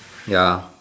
ya